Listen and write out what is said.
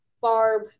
Barb